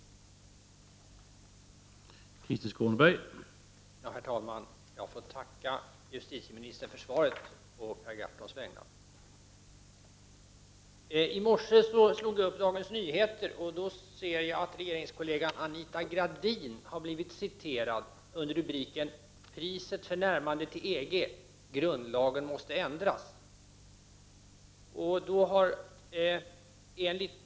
som framställt frågan, anmält att han var förhindrad att närvara vid sammanträdet, medgav talmannen att Krister Skånberg i stället fick delta i överläggningen.